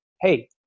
hey